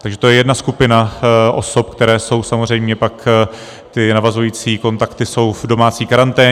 Takže to je jedna skupina osob, které jsou, samozřejmě pak ty navazující kontakty jsou v domácí karanténě.